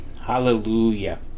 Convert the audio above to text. Hallelujah